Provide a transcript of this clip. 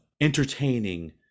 entertaining